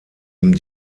ihm